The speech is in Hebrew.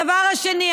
הדבר השני,